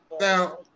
Now